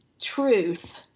truth